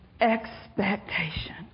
expectation